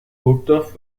burgdorf